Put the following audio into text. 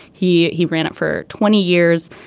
he he ran it for twenty years.